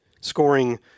scoring